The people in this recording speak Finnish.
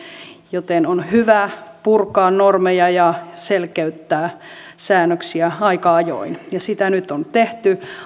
joten on hyvä purkaa normeja ja selkeyttää säännöksiä aika ajoin ja sitä nyt on tehty